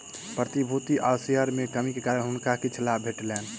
प्रतिभूति आ शेयर में कमी के कारण हुनका किछ लाभ भेटलैन